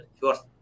first